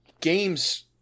games